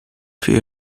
für